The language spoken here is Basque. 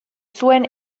zuen